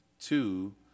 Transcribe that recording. two